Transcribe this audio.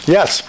Yes